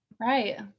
right